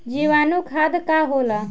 जीवाणु खाद का होला?